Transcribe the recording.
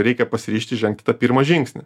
reikia pasiryžti žengti tą pirmą žingsnį